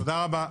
תודה רבה.